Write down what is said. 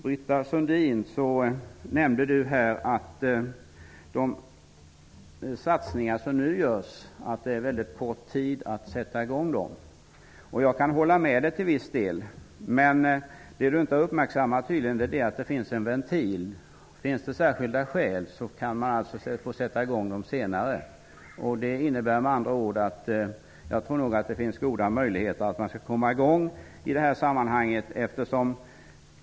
Britta Sundin nämnde att de är väldigt kort tid för att få i gång de satsningar som nu skall göras. Jag kan till viss del hålla med om detta. Britta Sundin har tydligen inte uppmärksammat att det finns en ventil. Om det finns särskilda skäl kan man få sätta i gång dem senare. Jag tror därför att det finns goda möjligheter att komma i gång.